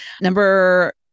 Number